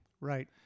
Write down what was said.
Right